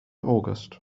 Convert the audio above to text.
august